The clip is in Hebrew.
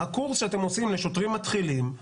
הקורס שאתם עושים לשוטרים מתחילים,